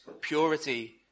purity